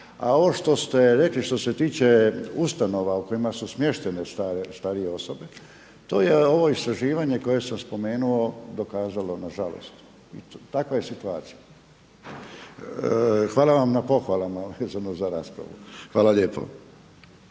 A ovo što ste rekli što se tiče ustanova u kojima su smještene starije osobe to je ovo istraživanje koje sam spomenuo dokazalo nažalost i takva je situacija. Hvala vam na pohvalama vezano za raspravo. Hvala lijepo.